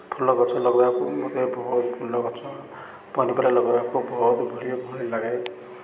ଫୁଲ ଗଛ ଲଗାଇବାକୁ ମୋତେ ବହୁତ ଫୁଲ ଗଛ ପନିପରିବା ଲଗାଇବାକୁ ବହୁତ ଲାଗେ